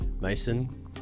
mason